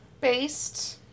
based